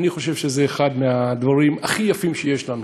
אני חושב שזה אחד מהדברים הכי יפים שיש לנו.